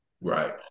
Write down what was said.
Right